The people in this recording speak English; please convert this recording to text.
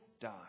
die